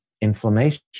inflammation